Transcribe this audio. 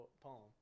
poem